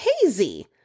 hazy